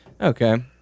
okay